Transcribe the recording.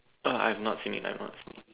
I'm not finish I'm not finish